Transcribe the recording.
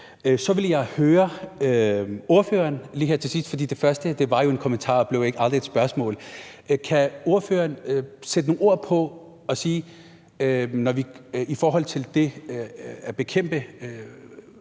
Så vil jeg høre ordføreren lige her til sidst – det første var jo en kommentar og blev aldrig et spørgsmål: Har ordføreren og Socialdemokratiet i forhold til det at bekæmpe